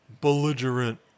belligerent